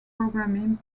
programming